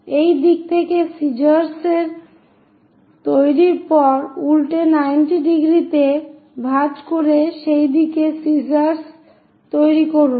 এই দিক থেকে সিজার্স তৈরির পর উল্টে 90 ডিগ্রিতে ভাঁজ করে সেদিকে সিজার্স তৈরি করুন